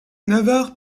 navarre